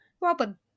Robin